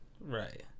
Right